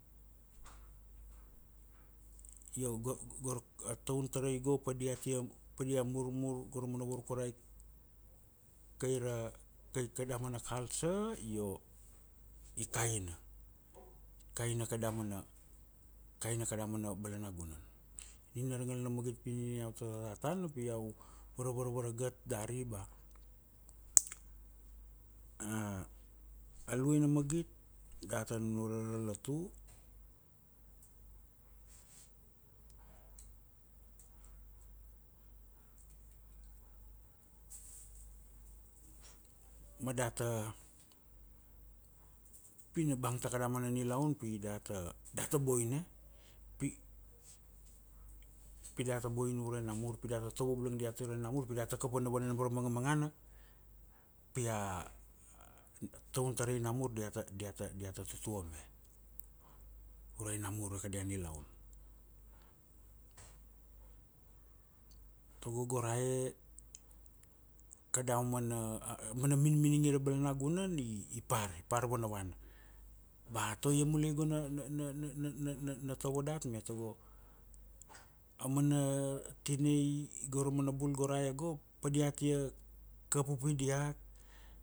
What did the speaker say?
Io go go ra taun tarai go padia tia, pa dia murmur go ra mana varkurai, kai ra, tai kada mana culture io, i kaina. I kaina kada mana, kaina kada mana, kaina kada mana balana gunan. Nina ra ngal na magit pi nina iau tata tana pi iau, varvarvaragat dari ba, a luaina magit data nunure ra latu, ma data, pi na bang ta kada mana nilaun. Pi, pi data boina ure namur pi data tovo bulang diat ure namur pi diata kap vanavana nam ra mangamangana, pina taun tarai namuir diata, diata, diata tutua me. Ure ai namur ure kadia nilaun. Tago go ra e, kada umana, a mana minmining i ra balanagunan, i par. I par vanavana. Ba toia mule go na na na na na tovo dat me. Tago aumana kini go ramana bul go ra e go, padiatia, kap upi diat, `